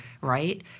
right